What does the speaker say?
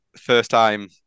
first-time